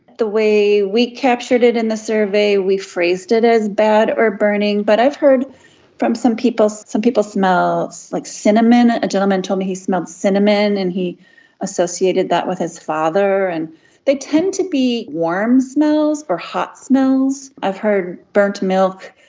the way we captured it in the survey, we've phrased it as bad or burning, but i've heard from some people, some people smell like cinnamon, a gentleman told me he smelt cinnamon and he associated that with his father. and they tend to be warm smells or hot smells. i've heard burnt milk,